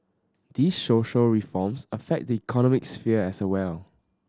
these social reforms affect the economic sphere as well